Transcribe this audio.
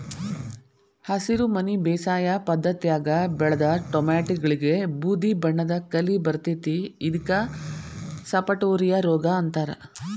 ಹಸಿರುಮನಿ ಬೇಸಾಯ ಪದ್ಧತ್ಯಾಗ ಬೆಳದ ಟೊಮ್ಯಾಟಿಗಳಿಗೆ ಬೂದಿಬಣ್ಣದ ಕಲಿ ಬರ್ತೇತಿ ಇದಕ್ಕ ಸಪಟೋರಿಯಾ ರೋಗ ಅಂತಾರ